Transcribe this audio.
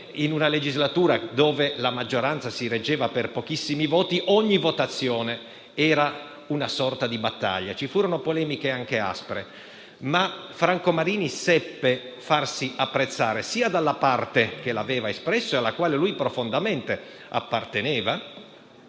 in quella legislatura la maggioranza si reggeva su pochissimi voti ogni votazione era una sorta di battaglia. Ci furono polemiche anche aspre, ma Franco Marini seppe farsi apprezzare sia dalla parte che l'aveva espresso, alla quale egli profondamente apparteneva,